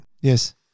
Yes